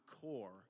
core